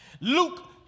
Luke